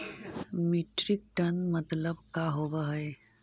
Metric ton मतलब का होव हइ?